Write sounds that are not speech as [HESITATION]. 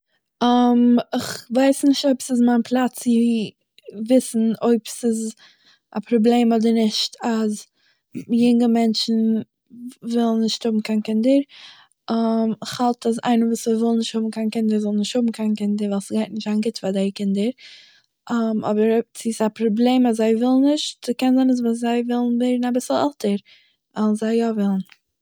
[HESITATION] איך ווייס נישט אויב ס'איז מיין פלאץ צו וויסן אויב ס'איז א פראבלעם אדער נישט אז יונגע מענטשן ווילן נישט האבן קיין קינדער, [HESITATION] איך האלט אז איינער וואס ער וויל נישט האבן קיין קינדער - זאל נישט האבן קיין קינדער ווייל ס'גייט נישט זיין גוט פאר די קינדער. [HESITATION] אבער אויב צו ס'איז א פראבלעם אז זיי ווילן נישט - ס'קען זיין אז ווען זיי גייען זיין אביסל עלטער וועלן זיי יא וועלן